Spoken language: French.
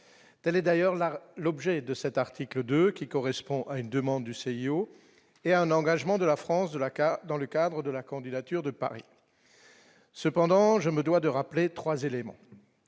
telle est d'ailleurs l'art, l'objet de cet article 2 qui correspond à une demande du CIO et un engagement de la France de la dans le cadre de la candidature de Paris, cependant je me dois de rappeler 3 éléments